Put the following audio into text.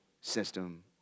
system